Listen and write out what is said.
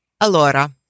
Alora